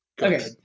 Okay